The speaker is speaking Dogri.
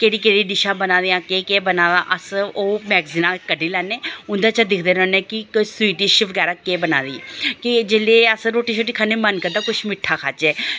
केह्ड़ी केह्ड़ी डिशां बना दियां केह् केह् बनाएदा अस ओह् मैगजीनां कड्ढी लैने उं'दे च दिखदे रौह्ने कि कोई स्वीट डिश बगैरा केह् बनाएदी के जेल्ले अस रुट्टी शुट्टी खन्ने मन करदा किश मिट्ठा खाह्चै